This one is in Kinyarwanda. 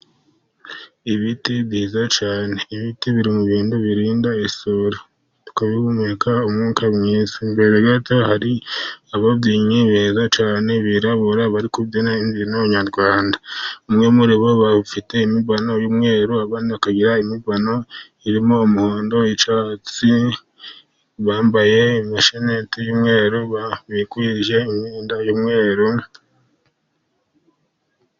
Ibiti byiza cyane. Ibiti biri mu bintu birinda isuri, tukabihumeka umwuka mwiza. Imbere gato hari ababyinnyi beza cyane birabura bari kubyina imbyino nyarwanda. Bamwe muri bo bafi imibano y'umweru, abandi bakagira imibano irimo umuhondo n'icyatsi. Bambaye amasheneti y'umweru bikwije imyenda y'umweru.